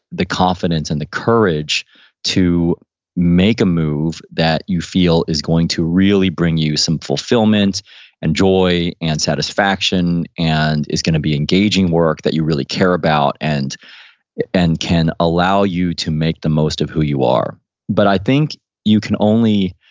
the confidence and the courage to make a move that you feel is going to really bring you some fulfillment and joy and satisfaction and is going to be engaging work that you really care about and and can allow you to make the most of who you are but i think you can only,